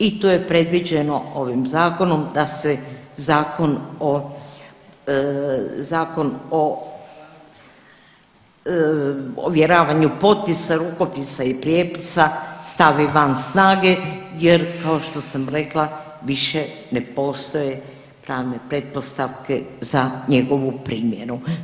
I to je predviđeno ovim zakonom da se Zakon o ovjeravanju potpisa, rukopisa i prijepisa stavi van snage jer kao što sam rekla više ne postoje pravne pretpostavke za njegovu primjenu.